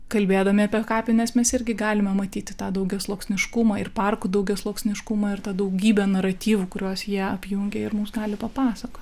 kalbėdami apie kapines mes irgi galime matyti tą daugiasluoksniškumą ir parkų daugiasluoksniškumą ir tą daugybę naratyvų kuriuos jie apjungia ir mums gali papasakot